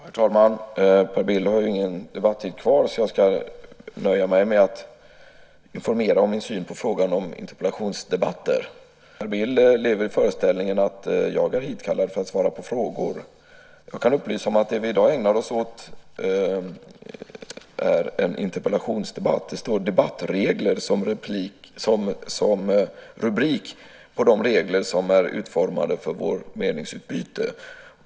Herr talman! Per Bill har ingen debattid kvar, så jag ska nöja mig med att informera om min syn på interpellationsdebatter. Per Bill lever i föreställningen att jag är hitkallad för att svara på frågor. Jag kan upplysa att det vi i dag ägnar oss åt är en interpellationsdebatt. Det står "Debattregler" som rubrik på de regler som är utformade för vårt meningsutbyte.